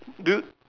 do you